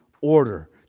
order